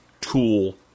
tool